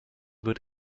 wird